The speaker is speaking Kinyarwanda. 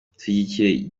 dushyigikiye